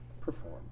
perform